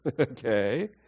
Okay